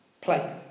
Play